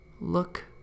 look